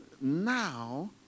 now